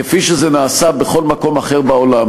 כפי שזה נעשה בכל מקום אחר בעולם.